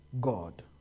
God